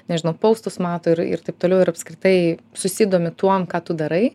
nežinau poustus mato ir ir taip toliau ir apskritai susidomi tuom ką tu darai